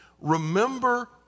Remember